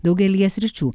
daugelyje sričių